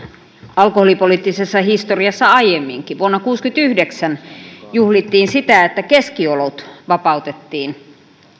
alkoholipoliittisessa historiassa aiemminkin vuonna kuusikymmentäyhdeksän juhlittiin sitä että keski olut vapautettiin